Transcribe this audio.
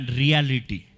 reality